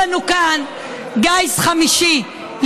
יש לנו כאן גיס חמישי,